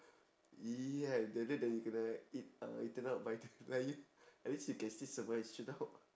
!ee! I that day that you gonna eat uh eaten up by the lion at least you can sit somewhere and shoot out